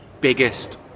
biggest